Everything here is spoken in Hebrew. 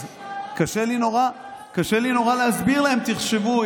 קשה לי נורא להסביר להם: תחשבו,